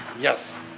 Yes